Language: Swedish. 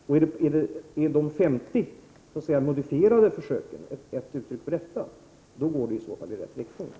Om de 50 modifierade försöken är ett uttryck för detta, går vi i rätt riktning.